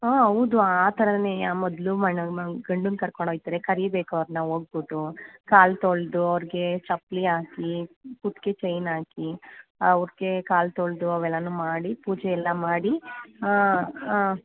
ಹಾಂ ಹೌದು ಆ ಥರನೇಯಾ ಮೊದಲು ಗಂಡನ್ನ ಕರ್ಕೊಂಡು ಹೋಯ್ತಾರೆ ಕರೀಬೇಕು ಅವ್ರನ್ನ ಹೋಗ್ಬುಟ್ಟು ಕಾಲು ತೊಳೆದು ಅವ್ರಿಗೆ ಚಪ್ಲಲಿ ಹಾಕಿ ಕುತ್ತಿಗೆ ಚೈನ್ ಹಾಕಿ ಅವ್ರಿಗೆ ಕಾಲು ತೊಳೆದು ಅವೆಲ್ಲನು ಮಾಡಿ ಪೂಜೆ ಎಲ್ಲ ಮಾಡಿ ಹಾಂ ಹಾಂ